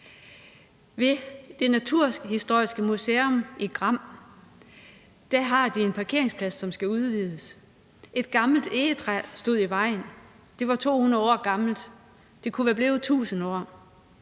Ved det naturhistoriske museum i Gram havde de en parkeringsplads, som skulle udvides. Et gammelt egetræ stod i vejen. Det var 200 år gammelt, og det kunne være blevet 1.000 år.